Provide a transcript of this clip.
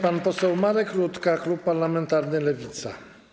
Pan poseł Marek Rutka, klub parlamentarny Lewica.